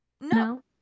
No